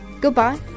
Goodbye